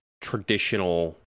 traditional